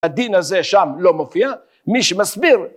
‫הדין הזה שם לא מופיע, ‫מי שמסביר...